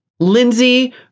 Lindsey